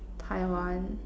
Taiwan